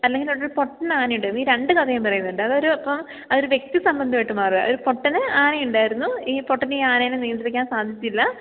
അല്ലെങ്കിലവിടെയൊരു പൊട്ടനാനയുണ്ടാരുന്നു ഈ രണ്ട് കഥയും പറയുന്നുണ്ട് അതൊരു ഇപ്പം അതൊരു വ്യക്തി സംബന്ധമായിട്ട് മാറുകയാ അതായത് പൊട്ടന് ആനയുണ്ടായിരുന്നു ഈ പൊട്ടന് ഈ ആനനെ നിയന്ത്രിക്കാന് സാധിച്ചില്ല